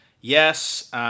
Yes